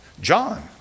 John